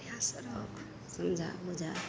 बढ़िआँ से रख समझा बुझा